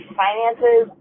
finances